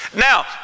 Now